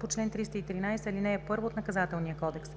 по чл. 313, ал. 1 от Наказателния кодекс.“